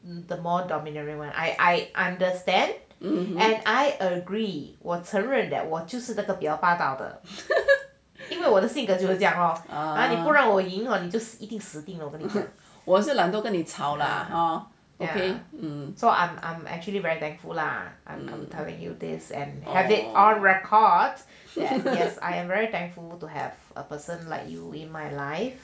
and the more domineering [one] I understand and I agree 我承认我就是这个比较霸道的因为我的性格就是这样你不让我赢你就一定死定 okay I'm so I'm I'm actually very thankful lah I'm telling you this and on the record as I am very thankful to have a person like you in my life